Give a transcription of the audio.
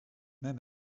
même